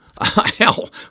Hell